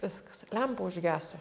viskas lempa užgeso